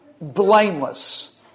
blameless